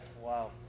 Wow